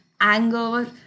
anger